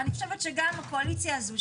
ואני חושבת שגם הקואליציה הזאת,